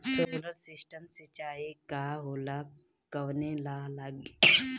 Solar system सिचाई का होला कवने ला लागी?